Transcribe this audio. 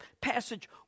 passage